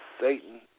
Satan